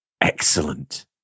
Excellent